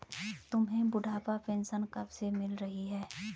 तुम्हें बुढ़ापा पेंशन कब से मिल रही है?